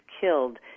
killed